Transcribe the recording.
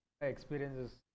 Experiences